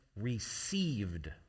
received